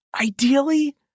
ideally